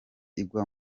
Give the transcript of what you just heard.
igwa